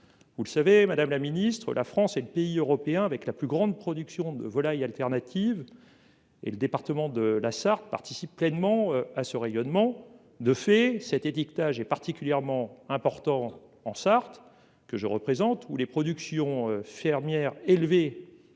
Vous le savez madame la Ministre, la France est le pays européen avec la plus grande production de volailles alternative. Et le département de la Sarthe participe pleinement à ce rayonnement de fait, cet étiquetage est particulièrement important en Sarthe que je représente ou les productions fermières élevées.